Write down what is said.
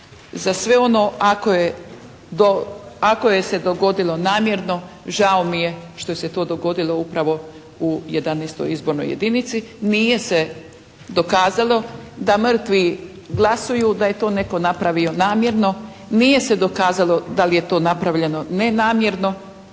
za sve ono ako je, ako je se dogodilo namjerno žao mi je što se to dogodilo upravo u 11. izbornoj jedinici. Nije se dokazalo da mrtvi glasuju, da je to netko napravio namjerno, nije se dokazalo da li je to napravljeno nenamjerno.